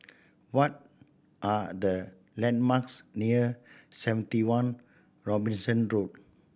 what are the landmarks near Seventy One Robinson Road